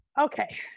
Okay